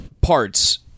parts